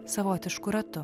savotišku ratu